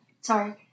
Sorry